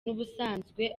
n’ubusanzwe